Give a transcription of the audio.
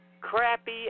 crappy